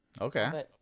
Okay